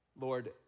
Lord